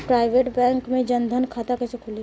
Private bank मे जन धन खाता कैसे खुली?